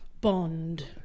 Bond